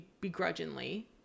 begrudgingly